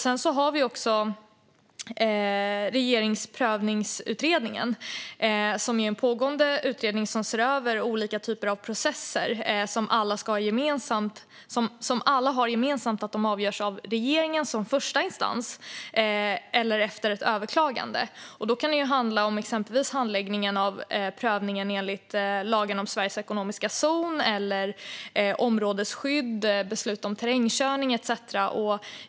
Sedan har vi också Regeringsprövningsutredningen, som är en pågående utredning som ser över olika typer av processer som alla har det gemensamt att de avgörs av regeringen som första instans eller efter ett överklagande. Det kan då handla om exempelvis handläggningen av prövningen enligt lagen om Sveriges ekonomiska zon, områdesskydd, beslut om terrängkörning etcetera.